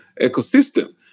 ecosystem